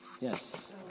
Yes